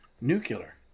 nuclear